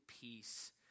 peace